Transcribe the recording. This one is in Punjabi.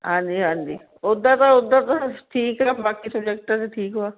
ਹਾਂਜੀ ਹਾਂਜੀ ਉੱਦਾਂ ਤਾਂ ਉੱਦਾਂ ਤਾਂ ਠੀਕ ਹੈ ਬਾਕੀ ਸਬਜੈਕਟਾਂ 'ਚ ਠੀਕ ਹੈ